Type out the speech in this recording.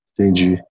Entendi